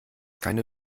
keine